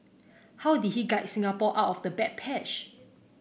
how did he guide Singapore out of the bad patch